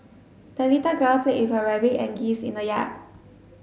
the little girl played with her rabbit and geese in the yard